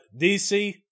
DC